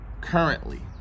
currently